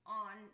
on